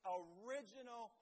original